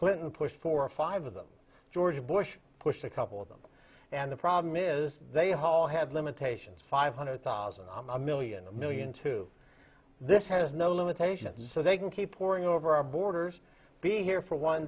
clinton pushed for five of them george bush pushed a couple of them and the problem is they haul had limitations five hundred thousand i'm a million a million to this has no limitations so they can keep pouring over our borders being here for one